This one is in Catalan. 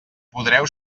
podreu